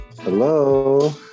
Hello